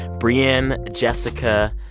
brianne, jessica,